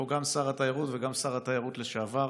פה גם שר התיירות וגם שר התיירות לשעבר.